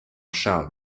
charles